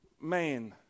man